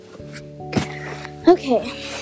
Okay